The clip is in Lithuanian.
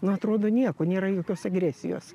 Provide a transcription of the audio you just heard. na atrodo nieko nėra jokios agresijos